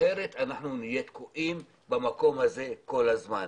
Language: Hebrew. אחרת נהיה תקועים במקום הזה כל הזמן.